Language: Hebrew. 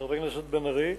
חבר הכנסת בן-ארי,